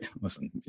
listen